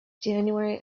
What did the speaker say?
january